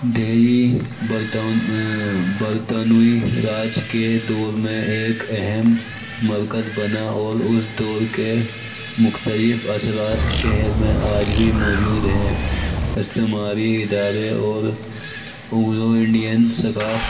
دلی برطانوی راج کے دور میں ایک اہم مرکز بنا اور اس دور کے مختلف اثرات شہر میں آج بھی موجود ہیں استعماری ادارے اور اینگلو انڈین ثکقفت